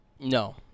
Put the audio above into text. No